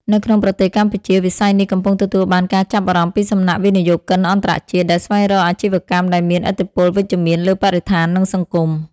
នៅក្នុងប្រទេសកម្ពុជា វិស័យនេះកំពុងទទួលបានការចាប់អារម្មណ៍ពីសំណាក់វិនិយោគិនអន្តរជាតិ ដែលស្វែងរកអាជីវកម្មដែលមានឥទ្ធិពលវិជ្ជមានលើបរិស្ថាន និងសង្គម។